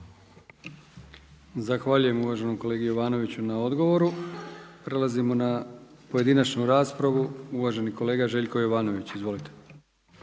Zahvaljujem uvaženom kolegi Jovanoviću na odgovoru. Prelazimo na pojedinačnu raspravu. Uvaženi kolega Željko Jovanović. Izvolite.